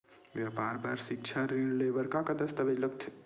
व्यापार बर ऋण ले बर का का दस्तावेज लगथे?